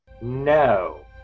no